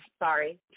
Sorry